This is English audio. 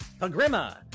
Pagrima